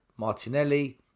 Martinelli